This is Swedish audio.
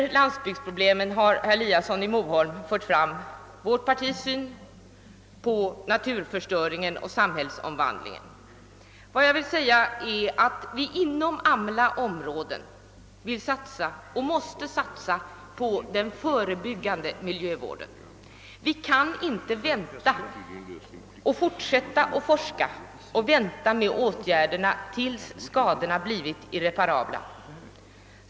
Vad landsbygdsproblemen angår har herr Eliasson i Moholm redogjort för vårt partis syn på naturförstöringen och samhällsomvandlingen. Vi måste inom alla områden satsa på den förebyggande miljövården. Vi kan inte bara forska och vänta med att vidta åtgärder till dess skadorna har blivit irreparabla.